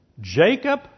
Jacob